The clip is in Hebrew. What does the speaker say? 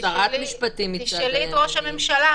תשאלי את ראש הממשלה.